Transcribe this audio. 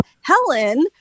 Helen